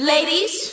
Ladies